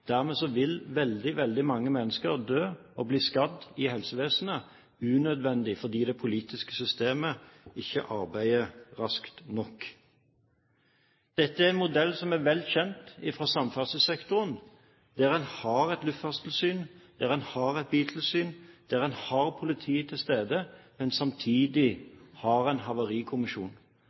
Dermed vil veldig, veldig mange mennesker dø eller bli skadd i helsevesenet unødvendig, fordi det politiske systemet ikke arbeider raskt nok. Dette er en modell som er velkjent fra samferdselssektoren, der en har et luftfartstilsyn, der en har et biltilsyn, der en har politiet til stede, men samtidig har en havarikommisjon.